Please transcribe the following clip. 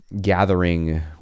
gathering